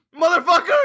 Motherfucker